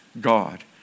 God